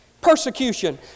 Persecution